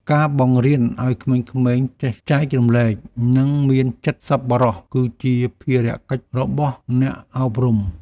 ការបង្រៀនឱ្យក្មេងៗចេះចែករំលែក និងមានចិត្តសប្បុរស គឺជាភារកិច្ចរបស់អ្នកអប់រំ។